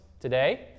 today